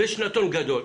ויש נתון גדול,